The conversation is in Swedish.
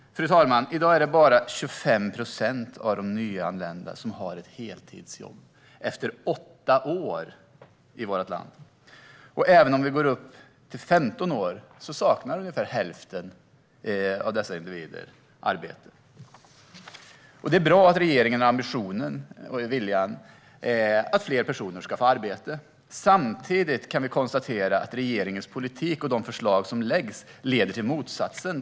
Fru talman! I dag är det bara 25 procent av de nyanlända som har ett heltidsjobb efter åtta år i vårt land. Även i gruppen som har varit här i 15 år saknar ungefär hälften av individerna arbete. Det är bra att regeringen har ambitionen och viljan att fler personer ska få arbete. Samtidigt kan vi konstatera att regeringens politik och de förslag som läggs leder till motsatsen.